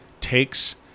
takes